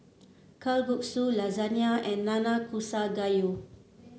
Kalguksu Lasagna and Nanakusa Gayu